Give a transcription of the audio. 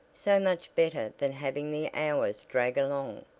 so much better than having the hours drag along.